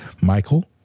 Michael